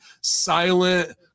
silent